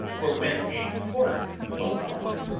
for when a horrid blow-fly,